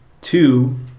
two